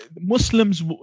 Muslims